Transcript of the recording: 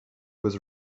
was